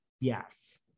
Yes